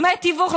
דמי תיווך,